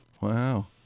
Wow